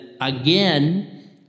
again